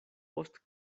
post